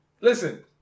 Listen